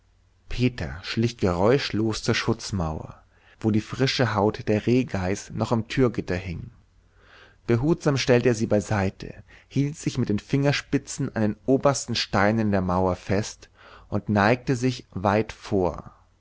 peter schlich geräuschlos zur schutzmauer wo die frische haut der rehgeiß noch am türgitter hing behutsam stellte er es beiseite hielt sich mit den fingerspitzen an den obersten steinen der mauer fest und neigte sich weit vor